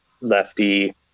lefty